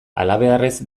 halabeharrez